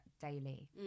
daily